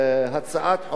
היא לא קיבלה תמיכת ממשלה.